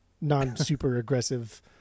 non-super-aggressive